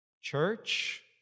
Church